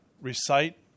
recite